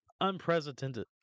unprecedented